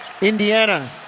Indiana